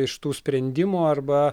iš tų sprendimų arba